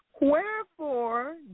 Wherefore